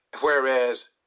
Whereas